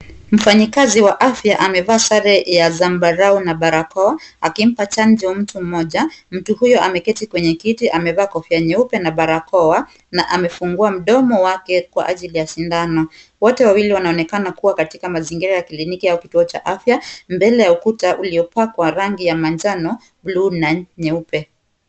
Mfanyikazi wa afya amevaa sare ya zambarau na barakoa, akimpa chanjo mtu mmoja. Mtu huyu ameketi kwenye kiti. Amevaa kofia nyeupe na barakoa na amefungua mdomo wake kwa ajili ya sindano. Wote wawili wanaonekana kuwa katika mazingira ya kliniki au kituo cha afya, mbele ya ukuta uliopakwa rangi ya manjano, buluu na nyeupe.